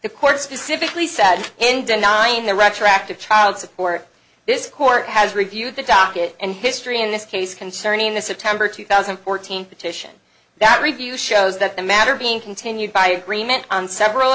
the court specifically said in denying the retroactive child support this court has reviewed the docket and history in this case concerning the september two thousand and fourteen petition that review shows that the matter being continued by three men on several